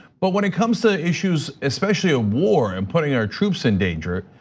but when it comes to issues, especially a war and putting our troops in danger,